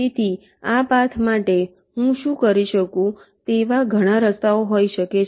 તેથી આ પાથ માટે હું કરી શકું તેવા ઘણા રસ્તાઓ હોઈ શકે છે